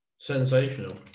Sensational